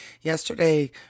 yesterday